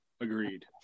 agreed